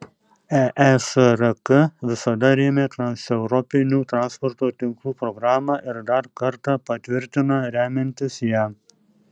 eesrk visada rėmė transeuropinių transporto tinklų programą ir dar kartą patvirtina remiantis ją